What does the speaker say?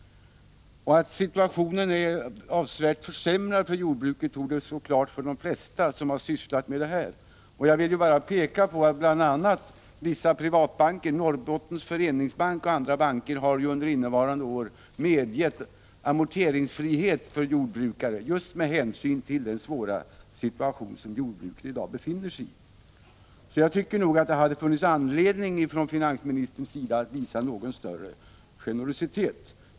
Att situationen avsevärt har försämrats för jordbruket torde stå klart för de flesta som sysslat med sådana här saker. Jag vill bara peka på att bl.a. vissa privatbanker, Norrbottens Föreningsbank och andra banker, under innevarande år har medgett amorteringsfrihet för jordbrukare, just med hänsyn till den svåra situation som jordbruket i dag befinner sig i. Det hade funnits anledning för finansministern att visa något större generositet.